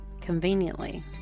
Conveniently